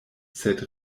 sed